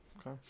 okay